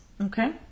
Okay